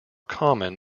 common